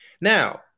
Now